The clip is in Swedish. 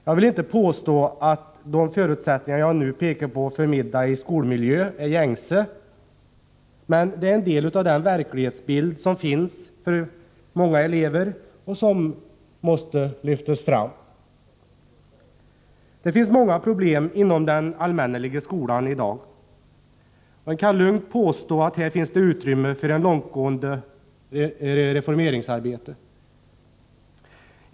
Jag vill inte påstå att de förutsättningar jag nu pekat på för middag i skolmiljö är gängse, men det är en del av många elevers verklighetsbild och som måste lyftas fram. Det finns många problem inom den allmänneliga skolan i dag. Man kan lugnt påstå att det här finns utrymme för ett långtgående reformeringsarbete.